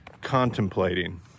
contemplating